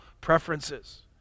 preferences